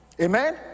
Amen